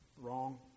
wrong